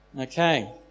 Okay